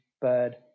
bird